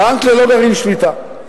בנק ללא גרעין שליטה.